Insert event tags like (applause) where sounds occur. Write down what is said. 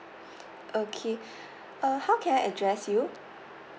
okay (breath) uh how can I address you